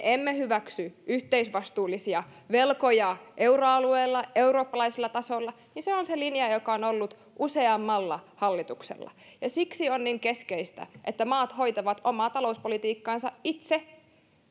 emme hyväksy yhteisvastuullisia velkoja euroalueella eurooppalaisella tasolla on se linja joka on ollut useammalla hallituksella siksi on niin keskeistä että maat hoitavat omaa talouspolitiikkaansa itse